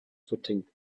footing